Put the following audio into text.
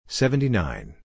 seventy-nine